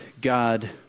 God